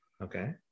Okay